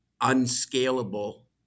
unscalable